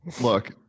Look